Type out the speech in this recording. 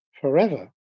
forever